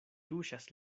tuŝas